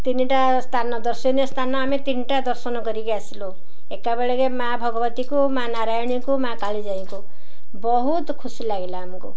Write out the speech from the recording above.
ତିନିଟା ସ୍ଥାନ ଦର୍ଶନୀୟ ସ୍ଥାନ ଆମେ ତିନିଟା ଦର୍ଶନ କରିକି ଆସିଲୁ ଏକାବେଳେକେ ମା' ଭଗବତୀକୁ ମା' ନାରାୟଣୀକୁ ମା' କାଳିଜାଇକୁ ବହୁତ ଖୁସି ଲାଗିଲା ଆମକୁ